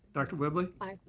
dr. whibley. like